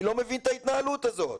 אני לא מבין את ההתנהלות הזאת.